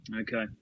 Okay